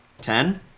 Ten